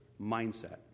mindset